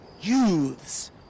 youths